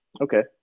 Okay